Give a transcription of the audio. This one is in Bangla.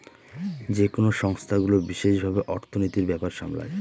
যেকোনো সংস্থাগুলো বিশেষ ভাবে অর্থনীতির ব্যাপার সামলায়